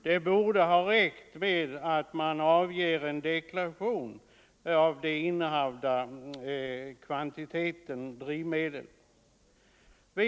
Det borde ha räckt med att avge en deklaration om den innehavda kvantiteten drivmedel.